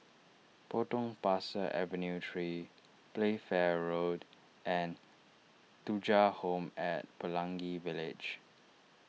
Potong Pasir Avenue three Playfair Road and Thuja Home at Pelangi Village